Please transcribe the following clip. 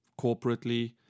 corporately